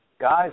guys